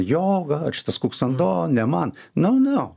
joga ar šitas kuksando ne man nu nu